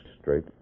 straight